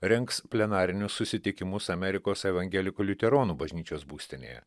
rengs plenarinius susitikimus amerikos evangelikų liuteronų bažnyčios būstinėje